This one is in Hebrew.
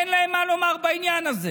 אין להם מה לומר בעניין הזה.